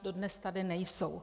Dodnes tady nejsou.